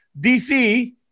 DC